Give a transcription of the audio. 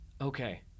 Okay